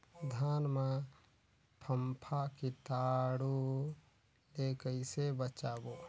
धान मां फम्फा कीटाणु ले कइसे बचाबो?